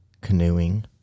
canoeing